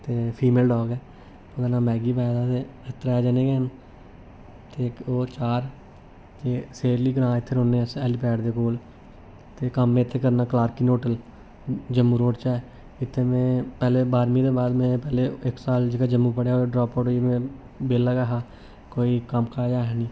ते female dog ऐ ओह्दा नांऽ मैगी पाए दा ते अस त्रै जने गै हैन ते इक ओह् चार ते सेली ग्रांऽ इत्थै रौह्न्ने अस हैल्ली पैड दे कोल ते कम्म में इत्थै करना कार्किंग होटल जम्मू रोड च ऐ इत्थैं में पैह्ले बाह्रमीं दे बाद में पैह्ले इक साल जेह्का जम्मू पढ़ेआ जदूं ड्राप आउट होई गेआ में बेह्ला गै हा कोई कम्मकाज ऐ हा नेईं